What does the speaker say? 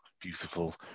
beautiful